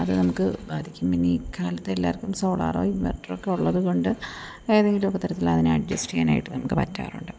അത് നമുക്ക് ബാധിക്കും പിന്നെ ഈ കാലത്തെ എല്ലാവർക്കും സോളാർ ഇൻവെർട്ടർ ഒക്കെ ഉള്ളത് കൊണ്ട് ഏതെങ്കിലുമൊക്കെ തരത്തിൽ അതിനെ അഡ്ജസ്റ്റ് ചെയ്യാനായിട്ട് നമുക്ക് പറ്റാറുണ്ട്